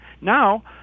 Now